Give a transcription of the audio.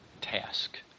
task